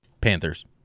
Panthers